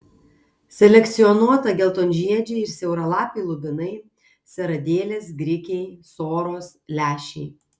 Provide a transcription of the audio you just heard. selekcionuota geltonžiedžiai ir siauralapiai lubinai seradėlės grikiai soros lęšiai